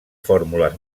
fórmules